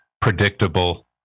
predictable